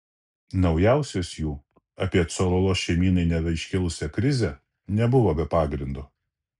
naujausios jų apie cololo šeimynai neva iškilusią krizę nebuvo be pagrindo